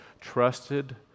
trusted